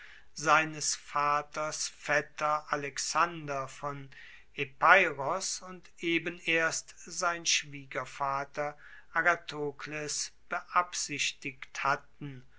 seines vaters vetter alexander von epeiros und eben erst sein schwiegervater agathokles beabsichtigt hatten